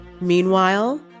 Meanwhile